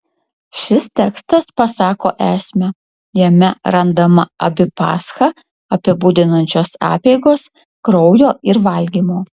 šis tekstas pasako esmę jame randama abi paschą apibūdinančios apeigos kraujo ir valgymo